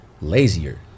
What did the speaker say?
lazier